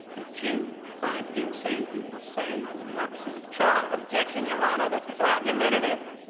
that you find insane people sane for the purposes of trial. objective your honor, this is argumentative.